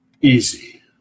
easy